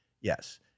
Yes